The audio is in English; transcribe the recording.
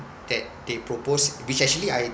that they proposed which actually I